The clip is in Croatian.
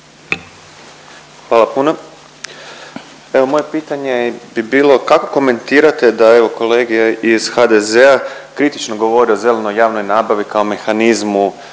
Hvala puno. Evo, moje bi pitanje bi bilo kako komentirate da evo kolege iz HDZ-a kritično govore o zeleno javnoj nabavi kao mehanizmu